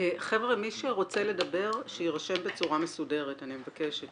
מי שרוצה לדבר שיירשם בצורה מסודרת, אני מבקשת.